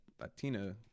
Latina